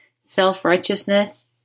self-righteousness